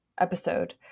episode